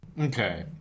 Okay